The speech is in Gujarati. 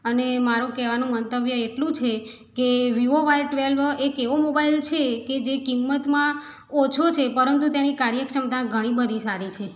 અને મારું કહેવાનું મંતવ્ય એટલું છે કે વિવો વાય ટ્વેલ્વ એક એવો મોબાઈલ છે કે જે કિંમતમાં ઓછો છે પરંતુ તેની કાર્યક્ષમતા ઘણી બધી સારી છે